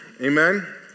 Amen